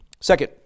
Second